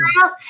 house